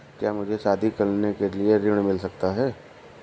क्या मुझे शादी करने के लिए ऋण मिल सकता है?